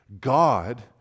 God